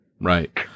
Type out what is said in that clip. right